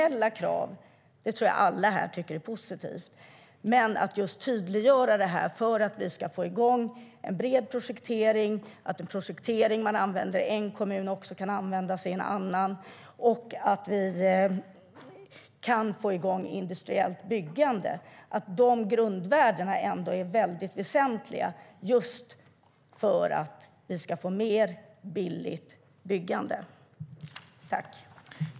Jag skulle dock önska att ministern än en gång kunde tydliggöra att grundvärdena - att få igång en bred projektering, att den projektering som används i en kommun också kan användas i en annan, att få igång industriellt byggande - är väldigt väsentliga för att vi ska få fram mer billigt byggande.